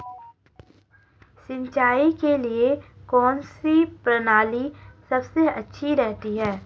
सिंचाई के लिए कौनसी प्रणाली सबसे अच्छी रहती है?